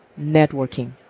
networking